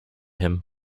him